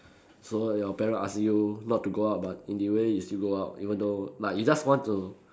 so your parent ask you not to go out but in the way you still go out even though like you just want to